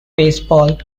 baseball